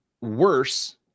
worse